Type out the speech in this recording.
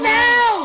now